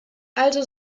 also